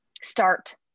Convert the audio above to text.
Start